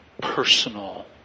personal